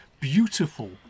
beautiful